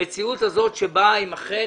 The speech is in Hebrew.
המציאות הזאת שבה אם אכן